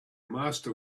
master